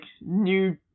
new